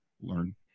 learn